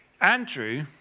Andrew